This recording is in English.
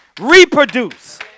Reproduce